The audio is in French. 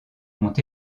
ont